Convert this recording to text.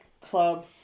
Club